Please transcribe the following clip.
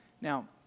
now